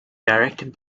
directed